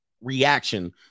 reaction